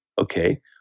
Okay